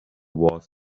wars